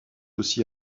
aussi